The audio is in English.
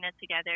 together